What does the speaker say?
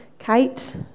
Kate